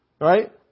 right